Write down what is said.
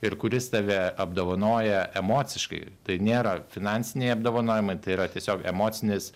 ir kuris tave apdovanoja emociškai tai nėra finansiniai apdovanojimai tai yra tiesiog emocinis